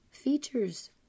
features